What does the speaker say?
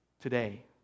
Today